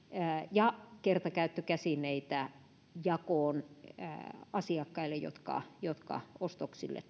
ja kertakäyttökäsineitä jakoon asiakkaille jotka jotka ostoksille